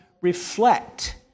reflect